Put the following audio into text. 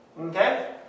Okay